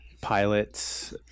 pilots